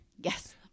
Yes